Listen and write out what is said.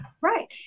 Right